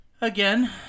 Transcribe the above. Again